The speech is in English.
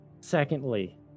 Secondly